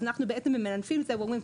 אז אנחנו בעצם ממנפים את זה ואומרים,